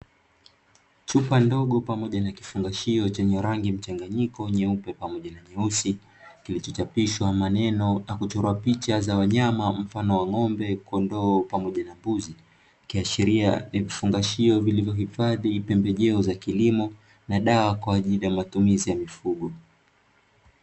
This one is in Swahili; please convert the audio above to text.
Chupa ndogo pamoja na kifungashio chenye rangi mchanganyiko nyeupe pamoja na nyeusi, kilichochapishwa maneno na kuchorwa picha za wanyama mfano wa ng'ombe, kondoo pamoja na mbuzi, ikiashiria ni vifungashio vilivyohifadhi pembejeo za kilimo na dawa kwa ajili ya matumizi ya mifugo.